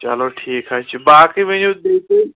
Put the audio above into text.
چلو ٹھیٖک حظ چھُ باقٕے ؤنِو تُہۍ تیٚلہِ